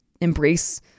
embrace